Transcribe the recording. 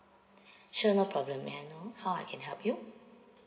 sure no problem may I know how I can help you